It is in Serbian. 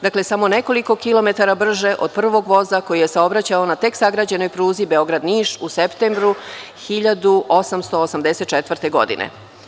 Dakle, samo nekoliko kilometara brže od prvog voza koji je saobraćao na tek sagrađenoj pruzi Beograd – Niš u septembru 1884. godine.